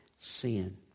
sin